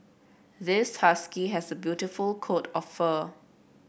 this husky has a beautiful coat of fur